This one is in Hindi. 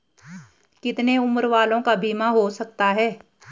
कितने उम्र वालों का बीमा हो सकता है?